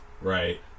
right